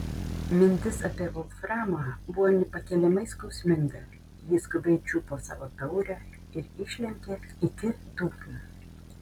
mintis apie volframą buvo nepakeliamai skausminga ji skubiai čiupo savo taurę ir išlenkė iki dugno